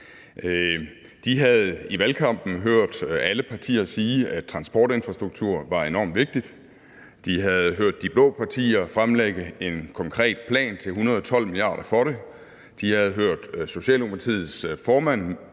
De havde i valgkampen hørt alle partier sige, at transportinfrastruktur var enormt vigtigt; de havde hørt de blå partier fremlægge en konkret plan til 112 mia. kr.; de havde hørt Socialdemokratiets formand,